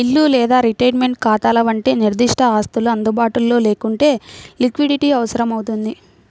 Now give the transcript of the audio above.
ఇల్లు లేదా రిటైర్మెంట్ ఖాతాల వంటి నిర్దిష్ట ఆస్తులు అందుబాటులో లేకుంటే లిక్విడిటీ అవసరమవుతుంది